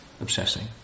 obsessing